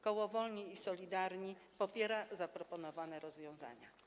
Koło Wolni i Solidarni popiera zaproponowane rozwiązania.